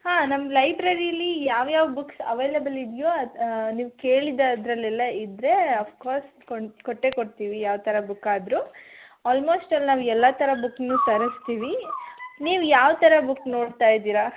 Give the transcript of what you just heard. ಹಾಂ ನಮ್ಮ ಲೈಬ್ರರಿಲಿ ಯಾವ ಯಾವ ಬುಕ್ಸ್ ಅವೈಲಬಲ್ ಇದೆಯೋ ಅದು ನೀವು ಕೇಳಿದ್ದು ಅದರಲ್ಲೆಲ್ಲ ಇದ್ದರೆ ಒಫ್ಕೋರ್ಸ್ ಕೊನ್ಟ್ ಕೊಟ್ಟೇ ಕೊಡ್ತೀವಿ ಯಾವ ಥರ ಬುಕ್ ಆದರು ಆಲ್ಮೋಸ್ಟ್ ನಾವು ಎಲ್ಲ ಥರ ಬುಕ್ನೂ ತರಿಸ್ತೀವಿ ನೀವು ಯಾವ ಥರ ಬುಕ್ ನೋಡ್ತಾಯಿದ್ದೀರಾ